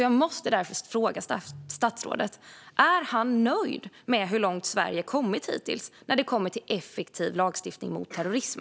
Jag måste därför fråga statsrådet: Är han nöjd med hur långt Sverige har kommit hittills när det kommer till effektiv lagstiftning mot terrorism?